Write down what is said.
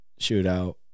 shootout